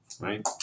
right